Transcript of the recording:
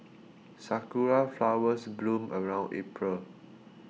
sakura flowers bloom around April